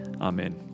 Amen